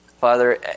Father